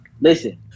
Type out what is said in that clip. Listen